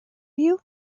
you